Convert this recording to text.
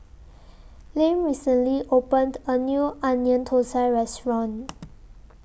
Lem recently opened A New Onion Thosai Restaurant